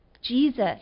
Jesus